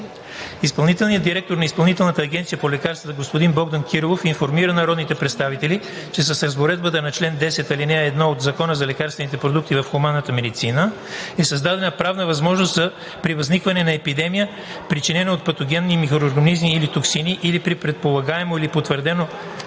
Изпълнителният директор на Изпълнителната агенция по лекарствата, господин Богдан Кирилов, информира народните представители, че с разпоредбата на чл. 10, ал. 1 от Закона за лекарствените продукти в хуманната медицина е създадена правна възможност при възникване на епидемия, причинена от патогенни микроорганизми или токсини, или при предполагаемо или потвърдено